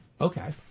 Okay